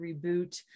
reboot